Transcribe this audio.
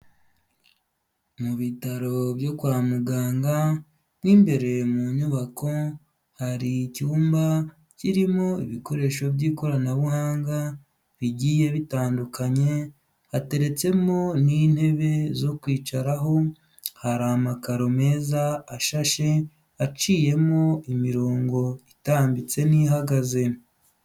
Mu bitaro byo kwa muganga mo imbere mu nyubako hari icyumba kirimo ibikoresho by'ikoranabuhanga bigiye bitandukanye hateretsemo nk'intebe zo kwicaraho, hari amakaro meza ashashe, aciyemo imirongo itambitse n'ihagaze.